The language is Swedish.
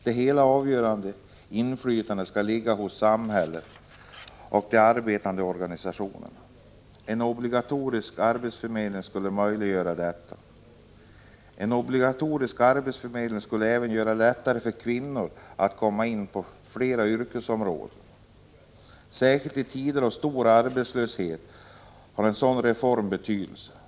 Det helt avgörande inflytandet skall ligga hos samhället och de arbetandes organisationer. En obligatorisk arbetsförmedling skulle möjliggöra detta. En obligatorisk arbetsförmedling skulle även göra det lättare för kvinnor att komma in på fler yrkesområden. Särskilt i tider av stor arbetslöshet har en sådan reform betydelse.